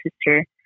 sister